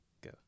Go